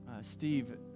Steve